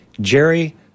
Jerry